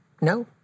no